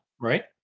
right